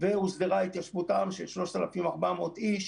והוסדרה התיישבותם של 3,400 איש